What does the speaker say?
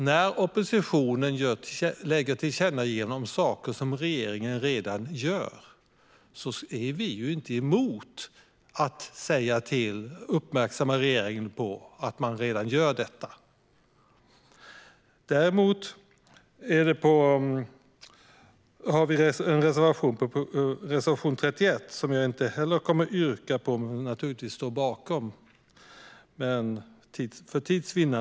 När oppositionen vill ha ett tillkännagivande om saker som regeringen redan gör är vi ju inte emot att uppmärksamma regeringen på att det redan görs. För tids vinnande avstår jag från att yrka bifall till vår reservation 31, men jag står naturligtvis bakom den.